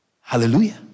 Hallelujah